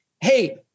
hey